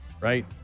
right